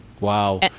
Wow